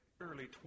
early